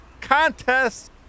contest